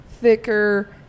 thicker